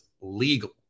legal